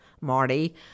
Marty